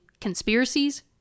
Conspiracies